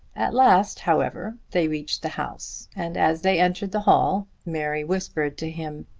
at last, however, they reached the house, and as they entered the hall, mary whispered to him,